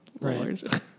Right